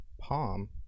Palm